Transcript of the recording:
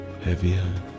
heavier